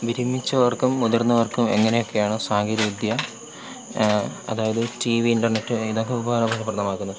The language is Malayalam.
വിരമിച്ചവർക്കും മുതിർന്നവർക്കും എങ്ങനെയൊക്കെയാണ് സാങ്കേതികവിദ്യ അതായത് ടി വി ഇൻ്റർനെറ്റ് ഇതൊക്കെ ഉപകാരപ്രദമാകുന്ന്